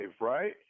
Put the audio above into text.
right